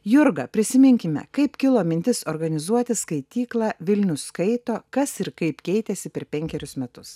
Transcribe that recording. jurga prisiminkime kaip kilo mintis organizuoti skaityklą vilnius skaito kas ir kaip keitėsi per penkerius metus